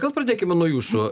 gal pradėkime nuo jūsų